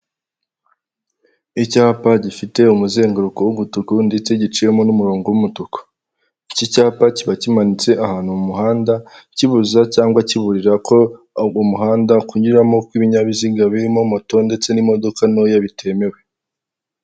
Icyapa gifite umuzenguruko wumutuku ndetse giciyemo n'umurongo w'umutuku, iki cyapa kiba kimanitse ahantu mu muhanda kibuza cyangwa kiburira ko umuhanda kunyuramo kw'ibinyabiziga birimo moto ndetse n'imodoka ntoya bitemewe.